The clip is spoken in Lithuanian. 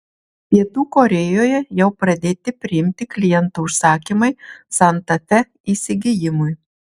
pietų korėjoje jau pradėti priimti klientų užsakymai santa fe įsigijimui